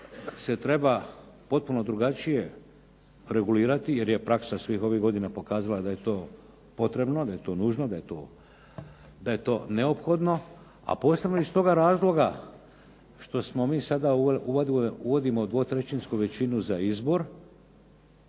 se treba potpuno drugačije regulirati jer je praksa svih ovih godina pokazala da je to potrebno, da je to nužno da je to neophodno, a posebno iz toga razloga što smo mi sada uvodimo dvotrećinsku većinu za izbor